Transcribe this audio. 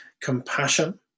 compassion